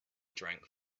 drank